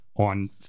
on